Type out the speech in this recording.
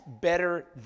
better